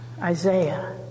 Isaiah